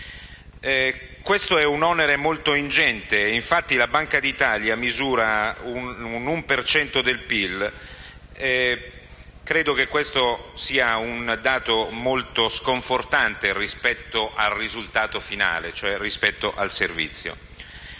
Questo è un onere molto ingente, infatti la Banca d'Italia lo misura nell'1 per cento del PIL: credo che questo sia un dato molto sconfortante rispetto al risultato finale, cioè rispetto al servizio.